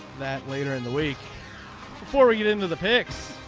that later in the week before we get into the picks.